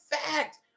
fact